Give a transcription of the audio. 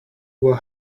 will